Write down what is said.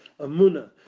amuna